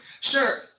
Sure